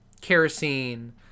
kerosene